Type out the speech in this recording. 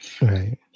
Right